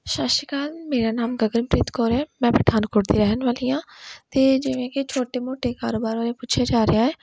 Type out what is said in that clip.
ਸਤਿ ਸ਼੍ਰੀ ਅਕਾਲ ਮੇਰਾ ਨਾਮ ਗਗਨਪ੍ਰੀਤ ਕੌਰ ਹੈ ਮੈਂ ਪਠਾਨਕੋਟ ਦੀ ਰਹਿਣ ਵਾਲੀ ਹਾਂ ਅਤੇ ਜਿਵੇਂ ਕਿ ਛੋਟੇ ਮੋਟੇ ਕਾਰੋਬਾਰ ਬਾਰੇ ਪੁੱਛਿਆ ਜਾ ਰਿਹਾ ਹੈ